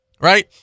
Right